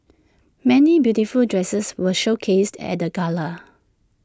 many beautiful dresses were showcased at the gala